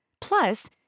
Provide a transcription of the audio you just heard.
Plus